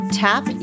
tap